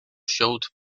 showed